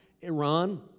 Iran